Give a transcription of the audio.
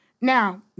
Now